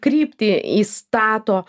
kryptį įstato